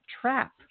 trap